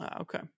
Okay